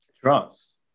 Trust